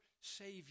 Savior